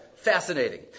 Fascinating